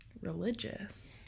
Religious